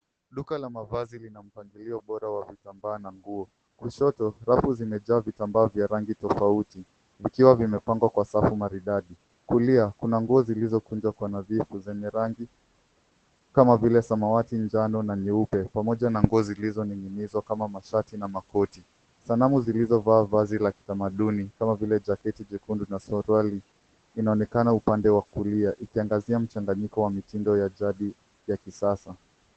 Duka la mavazi lina mpangilio bora wa vitambaa na nguo. Kushoto rafu zimejaa vitambaa vya rangi tofauti vikiwa vimepangwa kwa safu maridadi. Kulia kuna nguo zilizokunjwa kwa nadhifu zenye rangi kama vile samawati, njano na nyeupe pamoja na nguo zilizoning'inizwa kama mashati na makoti. Sanamu zilizovaa vazi la kitamaduni kama vile jaketi jekundu na suruali inaonekana upande wa kulia ikiangazia mchanganyiko wa mitindo ya jadi ya kisasa.